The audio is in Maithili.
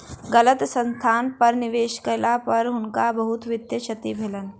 गलत स्थान पर निवेश केला पर हुनका बहुत वित्तीय क्षति भेलैन